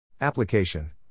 Application